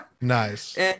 nice